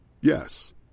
Yes